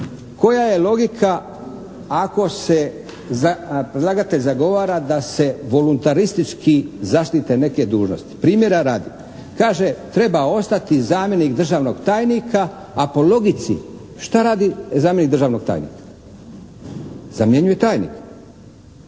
Koja je logika ako se, predlagatelj zagovara da se voluntaristički zaštite neke dužnosti. Primjera radi, kaže treba ostati zamjenik državnog tajnika, a po logici što radi zamjenik državnog tajnika. Zamjenjuje tajnika.